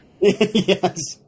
Yes